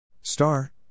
Star